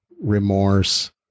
remorse